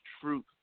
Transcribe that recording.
truth